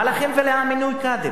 מה לכם ולמינוי קאדים?